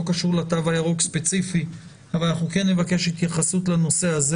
קשור ספציפית לתו הירוק אבל כן נבקש התייחסות לנושא הזה